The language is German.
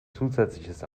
zusätzliches